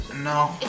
No